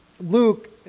Luke